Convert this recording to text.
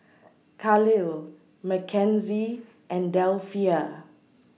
Kahlil Mackenzie and Delphia